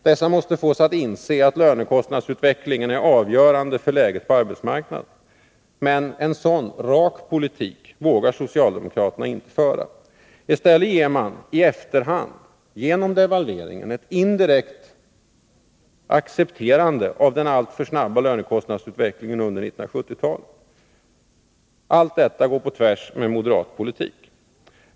Dessa måste fås att inse att lönekostnadsutvecklingen är avgörande för läget på arbetsmarknaden. Men en sådan rak politik vågar socialdemokraterna inte föra. I stället ger man, i efterhand, genom devalveringen ett indirekt accepterande av den snabba lönekostnadsutvecklingen under 1970-talet. Allt detta går tvärtemot moderat politik.